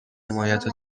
حمایت